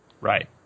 Right